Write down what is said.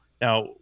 Now